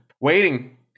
waiting